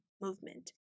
movement